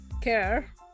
care